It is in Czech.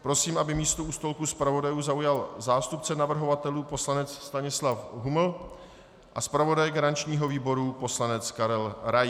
Prosím, aby místo u stolku zpravodajů zaujal zástupce navrhovatelů poslanec Stanislav Huml a zpravodaj garančního výboru poslanec Karel Rais.